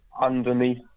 underneath